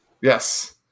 Yes